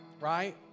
right